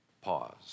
Pause